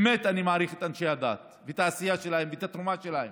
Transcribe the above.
באמת אני מעריך את אנשי הדת ואת העשייה שלהם ואת התרומה שלהם.